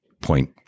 Point